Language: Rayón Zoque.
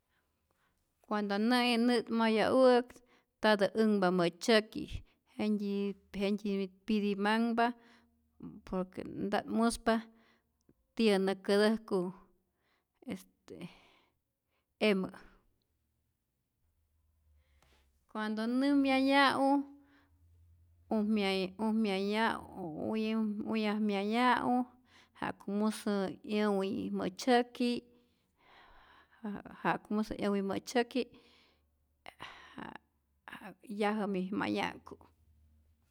Cuando nä'i nä't maya'u'äk ntatä änhpa mä'tzyäki jentyitä jentyi pitimanhpa por que nta't muspa tiyä nä kätäjku este emä', cuando nä myaya'u umyam umyaya'u u uyam myaya'u ja'ku musä 'yäwä mä'tzyäki jä'ä ja'ku musä 'yäwä mä'tzyäki ja ja yajä mij maya'ku'.